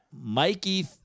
Mikey